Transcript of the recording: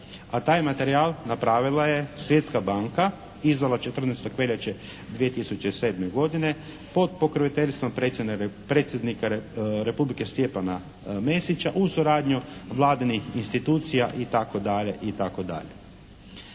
a taj materijal napravila je Svjetska banka, izdala 14. veljače 2007. godine pod pokroviteljstvom Predsjednika Republike Stjepana Mesića uz suradnju Vladinih institucija itd.